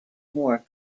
more